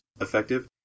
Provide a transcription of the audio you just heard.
effective